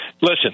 listen